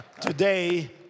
Today